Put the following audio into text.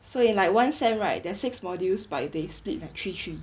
so in like one sem right there's six modules but they split like three three